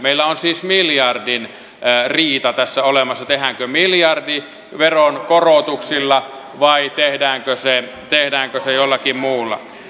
meillä on siis miljardin riita tässä olemassa tehdäänkö miljardi veronkorotuksilla vai tehdäänkö se jollakin muulla